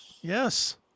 yes